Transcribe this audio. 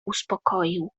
uspokoił